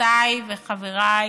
חברותיי וחבריי